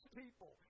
people